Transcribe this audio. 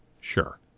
Sure